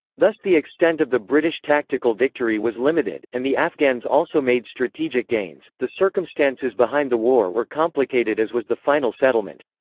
thus the extent of the british tactical victory was limited, and the afghans also made strategic gains the circumstances behind the war were complicated as was the final settlement.